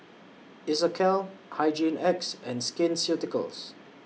Isocal Hygin X and Skin Ceuticals